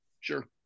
sure